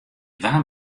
waard